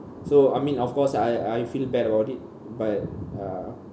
so I mean of course I I feel bad about it but uh